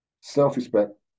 self-respect